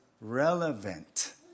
Relevant